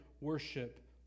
worship